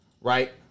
right